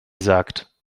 sagt